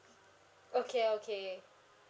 okay okay